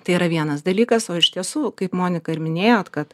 tai yra vienas dalykas o iš tiesų kaip monika ir minėjot kad